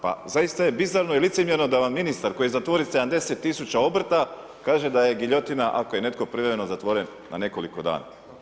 Pa zaista je bizarno i licemjerno da vam ministar koji zatvori 70 000 obrta, kaže da je giljotina ako je netko privremeno zatvoren na nekoliko dana.